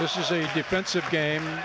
this is a defensive game